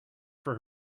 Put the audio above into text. for